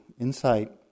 insight